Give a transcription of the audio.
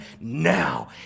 now